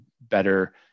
better